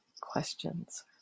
questions